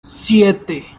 siete